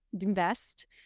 invest